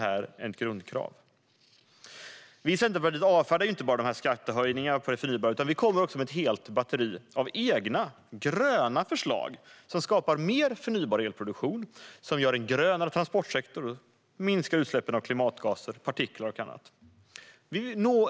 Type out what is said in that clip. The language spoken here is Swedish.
Vi i Centerpartiet avfärdar inte bara skattehöjningarna på det förnybara utan kommer också med ett helt batteri av egna, gröna, förslag som skapar mer förnybar elproduktion, en grönare transportsektor och minskar utsläppen av klimatgaser, partiklar och annat.